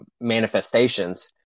manifestations